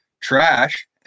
trash